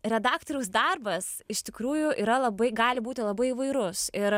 redaktoriaus darbas iš tikrųjų yra labai gali būti labai įvairus ir